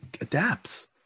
adapts